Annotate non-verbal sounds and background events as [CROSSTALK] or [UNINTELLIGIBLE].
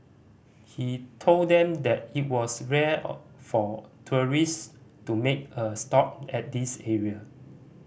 he told them that it was rare [UNINTELLIGIBLE] for tourists to make a stop at this area